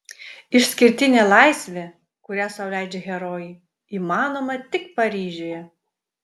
išskirtinė laisvė kurią sau leidžia herojai įmanoma tik paryžiuje